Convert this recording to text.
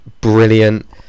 brilliant